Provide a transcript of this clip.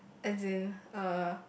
as in uh